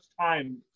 time